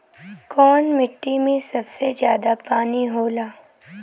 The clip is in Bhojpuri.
कौन मिट्टी मे सबसे ज्यादा पानी होला?